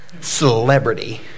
Celebrity